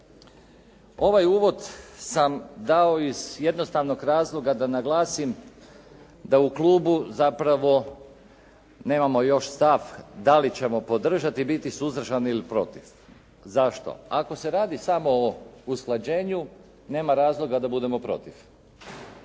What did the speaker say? Ovaj uvod sam dao iz jednostavnog razloga da naglasim da u klubu zapravo nemamo još stav da li ćemo podržati, biti suzdržani ili protiv. Zašto? Ako se radi samo o usklađenju nema razloga da budemo protiv.